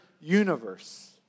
universe